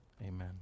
amen